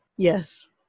Yes